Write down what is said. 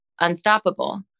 unstoppable